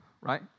right